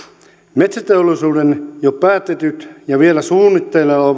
metsäteollisuuden jo päätetyt ja vielä suunnitteilla